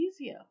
Easier